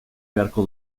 beharko